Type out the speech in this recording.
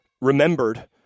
remembered